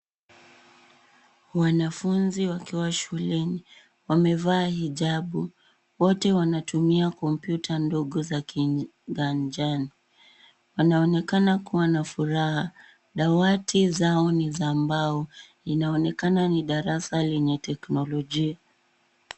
Wanafunzi wakiwa shuleni. Wamevaa hijabu. Wote wanatumia kompyuta ndogo za kijani. Wanaonekana kuwa na furaha. Dawati zao ni za mbao. Inaonekana ni darasa lenye teknolojia.